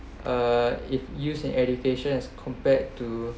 uh if used an education as compared to